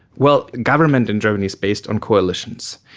well, government in germany is based on coalitions.